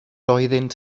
oeddynt